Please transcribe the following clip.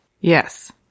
Yes